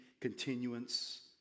continuance